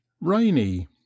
Rainy